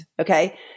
okay